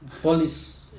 police